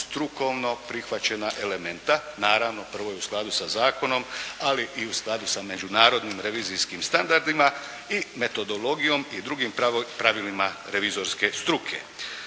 strukovno prihvaćena elementa. Naravno, prvo je u skladu sa zakonom ali i u skladu sa međunarodnim revizijskim standardima i metodologijom i drugim pravilima revizorske struke.